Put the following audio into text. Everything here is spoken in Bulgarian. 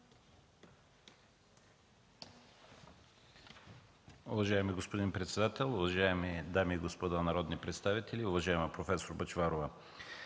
Уважаеми господин председател, уважаеми дами и господа народни представители, уважаема проф. Бъчварова!